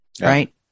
right